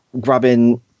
grabbing